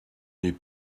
n’est